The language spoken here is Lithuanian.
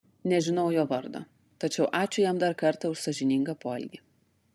nežinau jo vardo tačiau ačiū jam dar kartą už sąžiningą poelgį